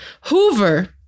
Hoover